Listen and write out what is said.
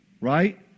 Right